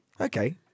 Okay